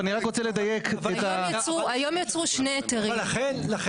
אבל אני רק רוצה לדייק --- היום יצאו שני היתרים --- לכן,